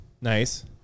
Nice